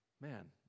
man